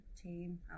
team